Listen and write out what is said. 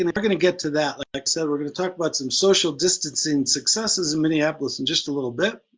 you know we're gonna get to that like i said, we're gonna talk about some social distancing successes in minneapolis in just a little bit.